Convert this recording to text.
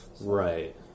Right